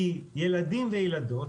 כי ילדים וילדות,